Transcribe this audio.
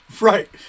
Right